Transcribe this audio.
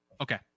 Okay